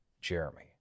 Jeremy